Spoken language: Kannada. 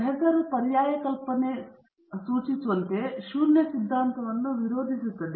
ಹೆಸರು ಪರ್ಯಾಯ ಕಲ್ಪನೆಯನ್ನು ಸೂಚಿಸುವಂತೆ ಶೂನ್ಯ ಸಿದ್ಧಾಂತವನ್ನು ವಿರೋಧಿಸುತ್ತದೆ